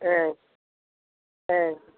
ஆ ஆ